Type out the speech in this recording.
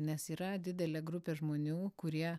nes yra didelė grupė žmonių kurie